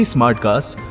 Smartcast